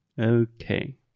Okay